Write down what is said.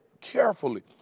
carefully